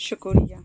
شکریہ